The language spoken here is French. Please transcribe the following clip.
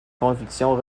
convictions